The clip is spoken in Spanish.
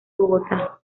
bogotá